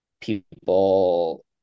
people